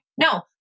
No